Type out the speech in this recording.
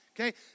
Okay